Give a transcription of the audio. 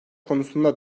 konusunda